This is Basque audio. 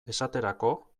esaterako